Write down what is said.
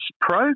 Pro